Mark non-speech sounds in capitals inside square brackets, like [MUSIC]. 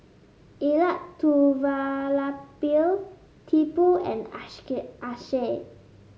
Elattuvalapil Tipu and [UNINTELLIGIBLE] Akshay